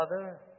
Father